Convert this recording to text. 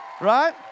Right